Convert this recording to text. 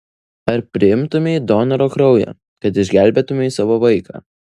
ar priimtumei donoro kraują kad išgelbėtumei savo vaiką